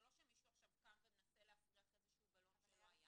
זה לא שמישהו עכשיו גם ומנסה להפריח איזשהו בלון שלא היה